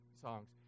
songs